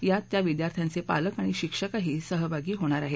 यात त्या विद्यार्थ्यांचे पालक आणि शिक्षकही सहभागी होणार आहेत